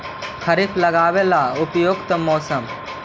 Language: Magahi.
खरिफ लगाबे ला उपयुकत मौसम?